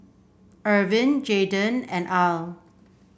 Ervin Jayden and Al